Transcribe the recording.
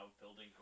building